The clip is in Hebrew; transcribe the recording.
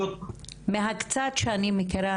--- מהקצת שאני מכירה,